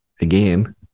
again